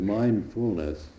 mindfulness